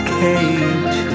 cage